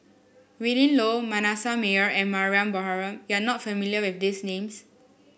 Willin Low Manasseh Meyer and Mariam Baharom you are not familiar with these names